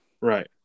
right